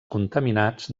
contaminats